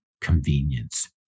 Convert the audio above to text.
convenience